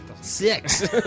six